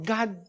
God